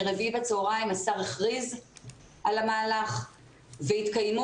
ביום רביעי בצוהריים השר הכריז על המהלך והתקיימו